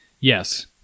Yes